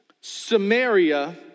Samaria